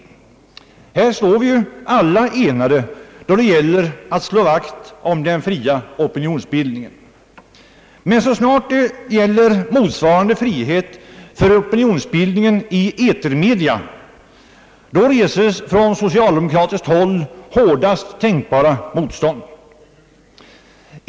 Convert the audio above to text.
I det fallet står vi ju alla enade då det gäller att slå vakt om den fria opinionsbildningen, men så snart det gäller motsvarande frihet för opinionsbildning i etermedia reses från socialdemokratiskt håll hårdaste tänkbara motstånd.